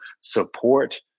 support